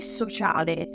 sociale